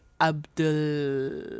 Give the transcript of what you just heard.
Abdul